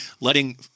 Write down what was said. letting